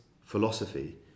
philosophy